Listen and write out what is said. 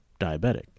diabetic